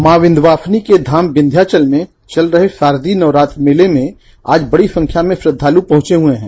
माँ विध्यवासिनी के धाम विध्यावत मे चल रहे शारदीय नवरात्र मेले में आज बड़ी संख्या मे श्रयाल पहँचे हुए है